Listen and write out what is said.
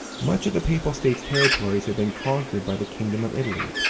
much of the papal states' territory had been conquered by the kingdom of italy.